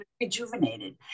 rejuvenated